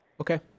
okay